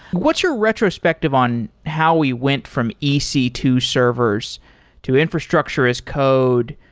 what's your retrospective on how we went from e c two servers to infrastructure as code,